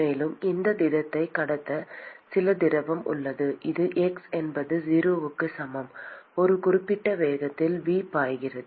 மேலும் இந்த திடத்தைக் கடந்த சில திரவம் உள்ளது இது x என்பது 0க்கு சமம் ஒரு குறிப்பிட்ட வேகத்தில் V பாய்கிறது